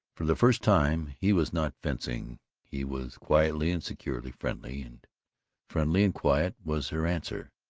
for the first time, he was not fencing he was quietly and securely friendly and friendly and quiet was her answer